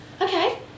Okay